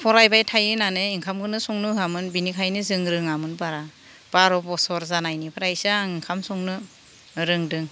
फरायबाय थायो होननानै ओंखामखौनो संनो होयामोन बिनिखायनो जों रोङामोन बारा बार' बोसोर जानायनिफ्रायसो आं ओंखाम संनो रोंदों